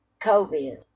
COVID